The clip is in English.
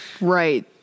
Right